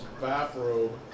bathrobe